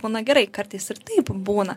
būna gerai kartais ir taip būna